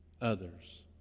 others